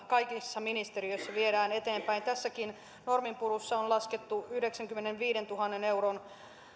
kaikissa ministeriöissä viedään eteenpäin tässäkin norminpurussa on laskettu yhdeksänkymmenenviidentuhannen euron